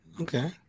Okay